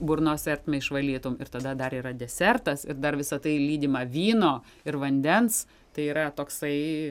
burnos ertmę išvalytum ir tada dar yra desertas ir dar visa tai lydima vyno ir vandens tai yra toksai